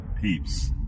peeps